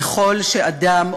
ככל שאדם,